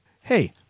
Hey